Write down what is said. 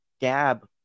gab